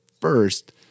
first